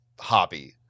hobby